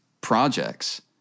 projects